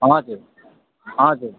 हजुर हजुर